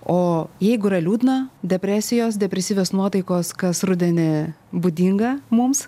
o jeigu yra liūdna depresijos depresyvios nuotaikos kas rudenį būdinga mums